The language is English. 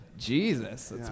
jesus